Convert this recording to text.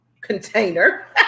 container